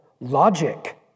logic